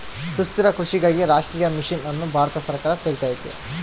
ಸುಸ್ಥಿರ ಕೃಷಿಗಾಗಿ ರಾಷ್ಟ್ರೀಯ ಮಿಷನ್ ಅನ್ನು ಭಾರತ ಸರ್ಕಾರ ತೆಗ್ದೈತೀ